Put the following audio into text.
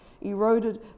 eroded